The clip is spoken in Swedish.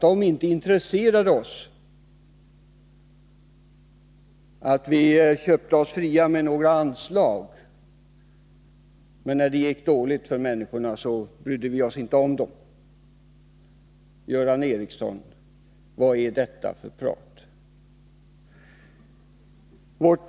De intresserade inte oss. Vi köpte oss fria med några anslag, men när det gick dåligt för människorna brydde vi oss inte om dem. Göran Ericsson! Vad är detta för prat?